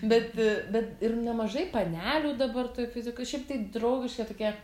bet bet ir nemažai panelių dabar toj fizikoj šiaip tai draugiški tokie